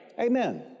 Amen